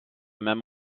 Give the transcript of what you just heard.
même